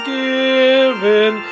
given